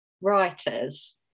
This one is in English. writers